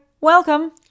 welcome